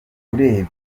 urebye